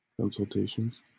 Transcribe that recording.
consultations